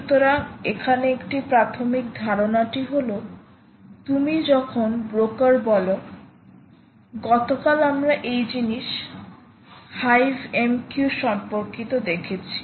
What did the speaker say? সুতরাং এখানে একটি প্রাথমিক ধারণাটি হল তুমি যখন ব্রোকার বল গতকাল আমরা এই জিনিস হাইভ এম কিউ সম্পর্কিত দেখেছি